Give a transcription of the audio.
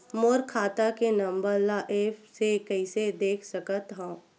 मोर खाता के नंबर ल एप्प से कइसे देख सकत हव?